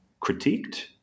critiqued